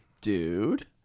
Dude